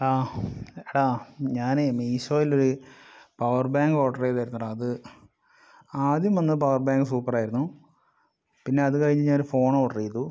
ആ എടാ ഞാനേ മീഷോയിലൊര് പവർ ബാങ്ക് ഓർഡർ ചെയ്തായിരുന്നെടാ അത് ആദ്യം വന്ന പവർ ബാങ്ക് സൂപ്പറായിരുന്നു പിന്നെ അത് കഴിഞ്ഞൊര് ഫോൺ ഓർഡർ ചെയ്തു